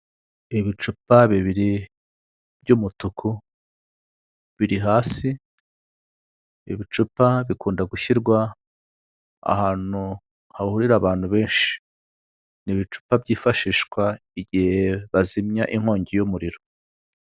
Ibicupa bibiri by'umutuku biri hasi, ibicupa bikunda gushyirwa ahantu hahurira abantu benshi n'ibicupa byifashishwa igihe bazimya inkongi y'umuriro.